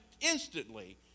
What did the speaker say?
instantly